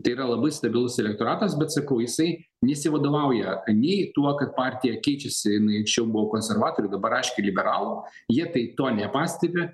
tai yra labai stabilus elektoratas bet sakau jisai nesivadovauja nei tuo kad partija keičiasi jinai anksčiau buvo konservatorių dabar aiškiai liberalų jie tai to nepastebi